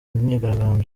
myigaragambyo